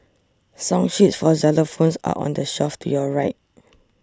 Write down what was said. song sheets for xylophones are on the shelf to your right